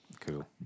cool